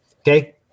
okay